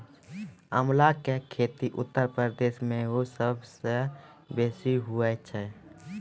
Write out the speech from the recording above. आंवला के खेती उत्तर प्रदेश मअ सबसअ बेसी हुअए छै